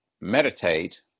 meditate